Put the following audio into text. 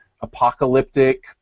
apocalyptic